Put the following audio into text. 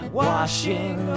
washing